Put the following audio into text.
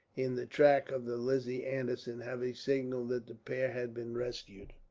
in the track of the lizzie anderson, having signalled that the pair had been rescued.